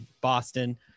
boston